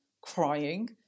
crying